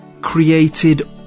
created